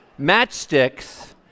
matchsticks